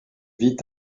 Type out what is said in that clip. vit